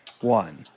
one